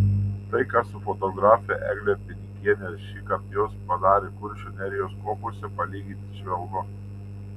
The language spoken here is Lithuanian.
tai ką su fotografe egle pinikiene šįkart jos padarė kuršių nerijos kopose palyginti švelnu